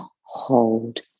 hold